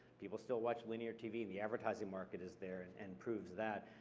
people still watch linear tv and the advertising market is there, and and proves that.